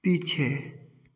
पीछे